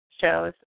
shows